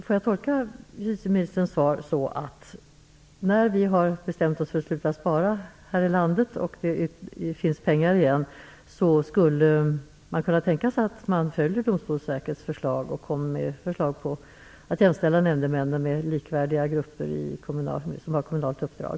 Får jag tolka justitieministerns svar så, att när vi har bestämt oss för att sluta spara här i landet och det finns pengar igen, skulle man kunna tänka sig att i enlighet med Domstolsverkets förslag jämställa nämndemännen med likvärdiga grupper som har kommunalt uppdrag?